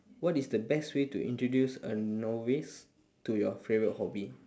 what is the best way to introduce a novice to your favorite hobby